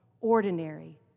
ordinary